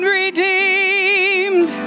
redeemed